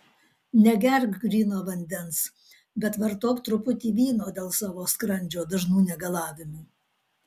negerk gryno vandens bet vartok truputį vyno dėl savo skrandžio dažnų negalavimų